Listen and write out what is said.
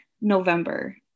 November